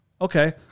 Okay